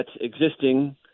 existing